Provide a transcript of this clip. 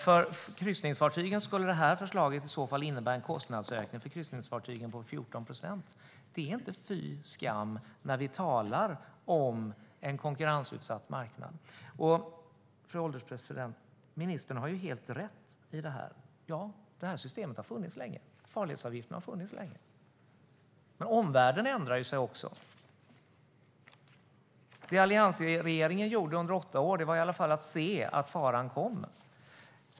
För kryssningsfartygen skulle det här förslaget innebära en kostnadsökning på 14 procent. Det är fråga om summor som inte är fy skam på denna konkurrensutsatta marknad. Fru ålderspresident! Ministern har helt rätt - systemet med farledsavgifter har funnits länge. Men omvärlden förändras. Under sina åtta år kunde i alla fall alliansregeringen se att faran kom.